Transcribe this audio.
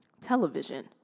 television